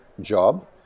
job